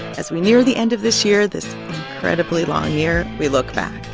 as we near the end of this year, this incredibly long year, we look back